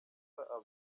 abdallah